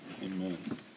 amen